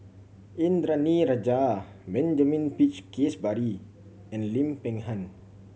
Indranee Rajah Benjamin Peach Keasberry and Lim Peng Han